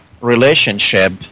relationship